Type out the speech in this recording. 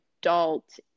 adult